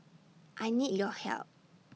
I need your help